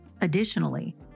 Additionally